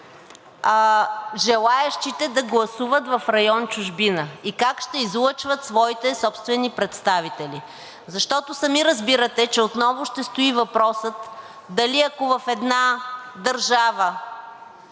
желаещите да гласуват в район „Чужбина“ и как ще излъчват своите собствени представители? Защото сами разбирате, че отново ще стои въпросът, дали ако в една държава,